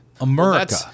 America